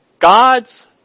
God's